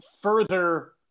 further